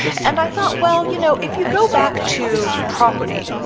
and i thought, well you know, if you go back to property,